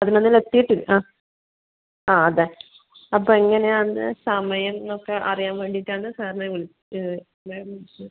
അതിന് അതിൽ എത്തിയിട്ട് ആ ആ അതെ അപ്പോൾ എങ്ങനെയാണ് സമയമെന്ന് ഒക്കെ അറിയാൻ വേണ്ടീട്ട് ആണ് സാറിനെ വിളിച്ചത് ഞാൻ വിളിച്ചത്